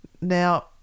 Now